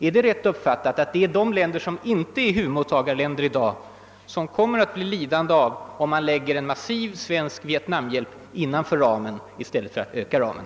Är det rätt uppfattat att det är de länder, som inte är huvudmottagarländer i dag, som kommer att bli lidande, om man lägger en massiv svensk Vietnamhjälp innanför ramen i stället för att öka ramen?